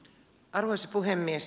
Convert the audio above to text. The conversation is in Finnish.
arvoisa puhemies